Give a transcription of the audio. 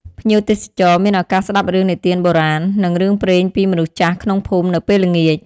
ភ្ញៀវទេសចរមានឱកាសស្តាប់រឿងនិទានបូរាណ និងរឿងព្រេងពីមនុស្សចាស់ក្នុងភូមិនៅពេលល្ងាច។